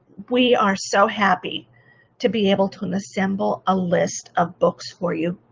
we are so happy to be able to and assemble a list of books for you.